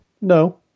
No